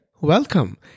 Welcome